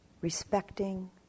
Respecting